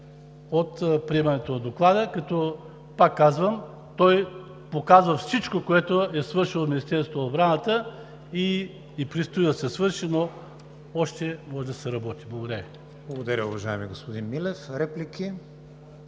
от приемането на Доклада, като пак казвам: той показва всичко, което е свършило Министерството на отбраната и предстои да се свърши, но още може да се работи. Благодаря Ви. ПРЕДСЕДАТЕЛ КРИСТИАН ВИГЕНИН: Благодаря, уважаеми господин Милев. Реплики?